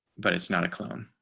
but it's not a clone.